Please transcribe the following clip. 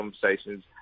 conversations